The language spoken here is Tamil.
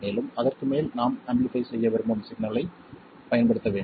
மேலும் அதற்கு மேல் நாம் ஆம்பிளிஃபை செய்ய விரும்பும் சிக்னலைப் பயன்படுத்த வேண்டும்